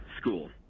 school